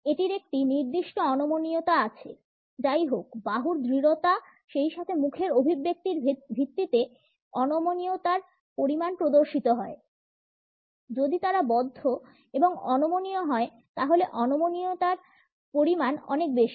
এটির একটি নির্দিষ্ট অনমনীয়তা আছে যাইহোক বাহুর দৃঢ়তা সেইসাথে মুখের অভিব্যক্তির ভিত্তিতে অনমনীয়তার পরিমাণ প্রদর্শিত হয় যদি তারা বদ্ধ এবং অনমনীয় হয় তাহলে অনমনীয়তার পরিমাণ অনেক বেশী